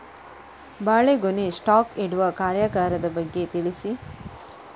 ಬಾಳೆಗೊನೆ ಸ್ಟಾಕ್ ಇಡುವ ಕಾರ್ಯಗಾರದ ಬಗ್ಗೆ ತಿಳಿಸಿ